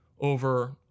over